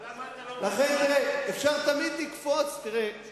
אבל למה אתה לא, אפשר תמיד לקפוץ, הוא